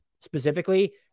specifically